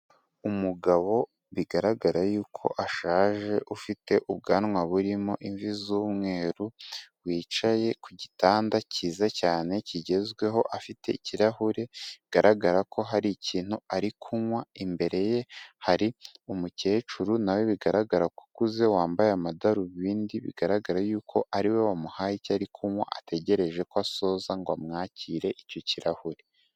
Umugabo bigaragara y'uko ashaje, ufite ubwanwa burimo imvi z'umweru, wicaye ku gitanda cyiza cyane kigezweho, afite ikirahure bigaragara ko hari ikintu ari kunywa, imbere ye hari umukecuru na we bigaragara ko akuze, wambaye amadarubindi, bigaragara y'uko ari we wamuhaye icyo ari kunywa, ategereje ko asoza ngo amwakire icyo kirahure.